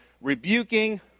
rebuking